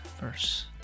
verse